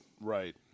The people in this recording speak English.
right